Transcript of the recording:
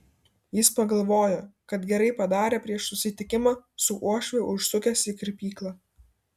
jis pagalvojo kad gerai padarė prieš susitikimą su uošviu užsukęs į kirpyklą